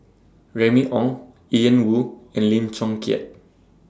Remy Ong Ian Woo and Lim Chong Keat